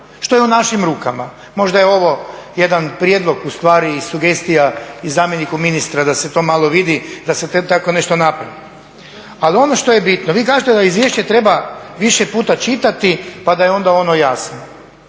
što je u našim rukama. Možda je ovo jedan prijedlog ustvari i sugestija i zamjeniku ministra da se to malo vidi da se tako nešto napravi. Ali ono što je bitno, vi kažete da izvješće treba više puta čitati pa da je onda ono jasno,